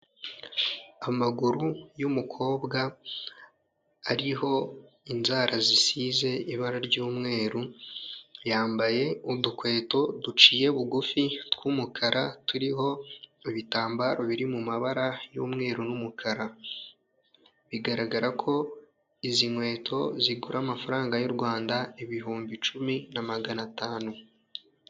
Amaguru y'umukobwa ariho inzara zisize ibara ry'umweru, yambaye udukweto duciye bugufi tw'umukara turiho ibitambaro biri mu mabara y'umweru n'umukara. Bigaragara ko izi nkweto zigura amafaranga y'u Rwanda ibihumbi cumi na magana atanu.